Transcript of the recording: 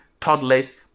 toddlers